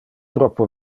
troppo